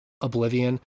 oblivion